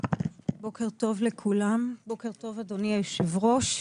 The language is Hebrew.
בוקר טוב לכולם, בוקר טוב, אדוני היושב ראש.